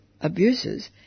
abuses